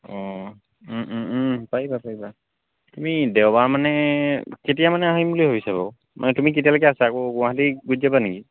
অ পাৰিবা পাৰিবা তুমি দেওবাৰ মানে কেতিয়া মানে আহিম বুলি ভাবিছা বাৰু মানে তুমি কেতিয়ালৈকে আছা আকৌ গুৱাহাটী গুচি যাবা নেকি